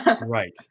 Right